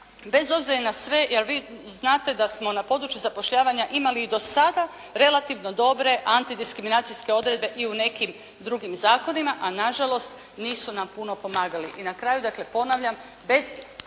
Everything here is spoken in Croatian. bez obzira i na sve jer vi znate da smo na području zapošljavanja imali i do sada relativno dobre antidiskriminacijske odredbe i u nekim drugim zakonima a nažalost nisu nam puno pomagali. I na kraju, dakle ponavljam bez